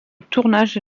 tournage